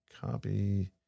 copy